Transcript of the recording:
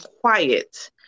quiet